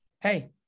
hey